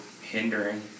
hindering